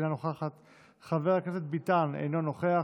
אינה נוכחת,